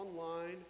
online